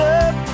up